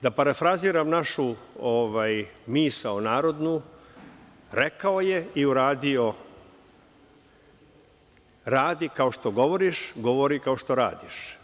Da parafraziram našu misao narodnu, rekao je i uradio – radi kao što govoriš, govori kao što radiš.